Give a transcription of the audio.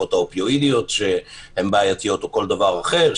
התרופות האופיואידיות שהן בעייתות או כל דבר אחר,